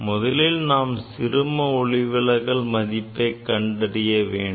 முதலில் நாம் சிறும ஒளிவிலகல் மதிப்பை கண்டறிய வேண்டும்